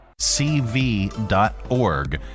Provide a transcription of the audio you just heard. CV.org